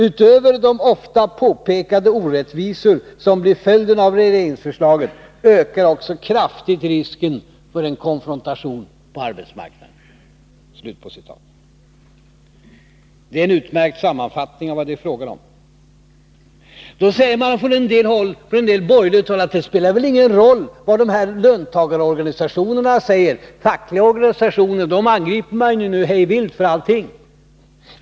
Utöver de ofta påpekade orättvisor som blir följden av regeringsförslaget ökar också kraftigt risken för en konfrontation på arbetsmarknaden.” Det är en utmärkt sammanfattning av vad det är fråga om. Då säger man från en del borgerligt håll att det spelar ingen roll vad löntagarorganisationerna säger — fackliga organisationer angriper man ju nu vilt för allting.